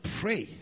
pray